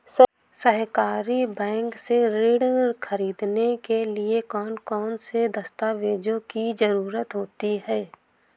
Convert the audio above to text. सहकारी बैंक से ऋण ख़रीदने के लिए कौन कौन से दस्तावेजों की ज़रुरत होती है?